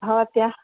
भवत्याः